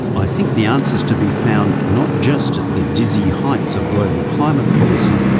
i think the answer's to be found not just at the dizzy heights of global climate policy,